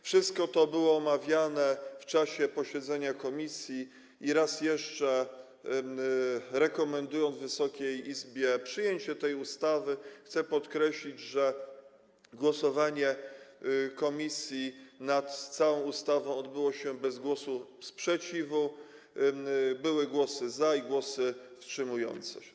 Wszystko to było omawiane w czasie posiedzenia komisji i raz jeszcze rekomendując Wysokiej Izbie przyjęcie tej ustawy, chcę podkreślić, że głosowanie komisji nad całą ustawą odbyło się bez głosu sprzeciwu, były głosy za i głosy wstrzymujące się.